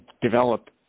develop